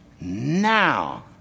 now